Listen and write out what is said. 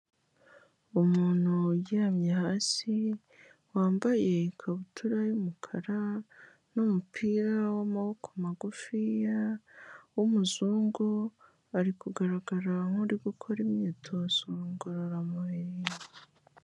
Umuntu uryamye hasi, wambaye ikabutura y'umukara n'umupira w'amaboko magufiya w'umuzungu, ari kugaragara nk'uri gukora imyitozo ngororamubiri.